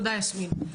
תודה, יסמין.